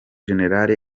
general